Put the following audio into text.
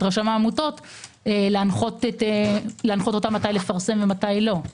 רשם העמותות להנחות אותם מתי לפרסם ומתי לא.